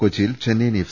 കൊച്ചിയിൽ ചെന്നൈയിൻ എഫ്